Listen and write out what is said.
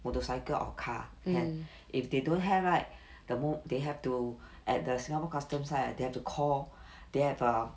motorcycle or car can if they don't have right the mo~ they have to at the singapore customs they have to call they have err